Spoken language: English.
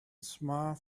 smile